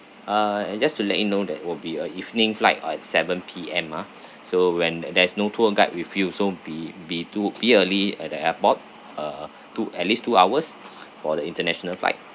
uh and just to let you know that will be a evening flight uh at seven P_M ah so when the~ there is no tour guide with you so be be to be early at the airport uh two at least two hours for the international flight